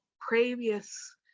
previous